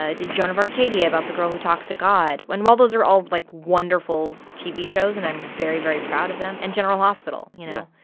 ah did joan of arcadia about the girl who talks to god. when all those are all, like, wonderful tv shows and i'm very, very proud of them and general hospital, you know?